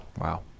wow